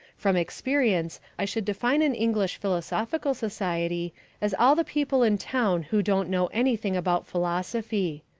from experience i should define an english philosophical society as all the people in town who don't know anything about philosophy.